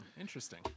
Interesting